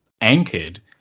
anchored